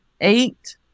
eight